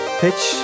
pitch